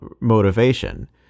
motivation